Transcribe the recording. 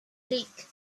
lake